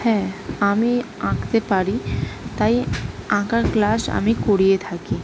হ্যাঁ আমি আঁকতে পারি তাই আঁকার ক্লাস আমি করিয়ে থাকি